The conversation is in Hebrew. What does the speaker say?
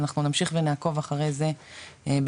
אנחנו נמשיך ונעקוב אחרי זה ביחד,